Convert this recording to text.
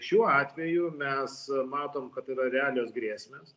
šiuo atveju mes matom kad yra realios grėsmės